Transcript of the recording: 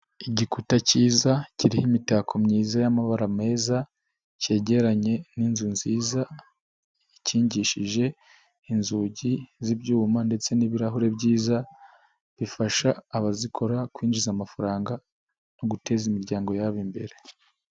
Igikuta cyiza kiriho imitako myiza y'amabara meza cyegeranye n'inzu nziza, ikingishije inzugi z'ibyuma ndetse n'ibirahure byiza, bifasha abazikora kwinjiza amafaranga no guteza imiryango yabo imbere.